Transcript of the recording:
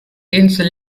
insel